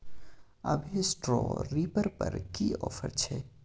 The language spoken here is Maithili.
अभी स्ट्रॉ रीपर पर की ऑफर छै?